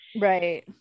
Right